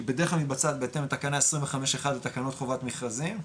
שהיא בדרך כלל מתבצעת בהתאם לתקנה 25.1 לתקנות חובת מכרזים,